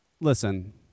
listen